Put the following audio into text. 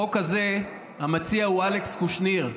בחוק הזה, המציע הוא אלכס קושניר.